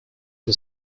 que